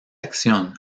acción